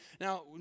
now